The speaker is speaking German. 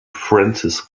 francis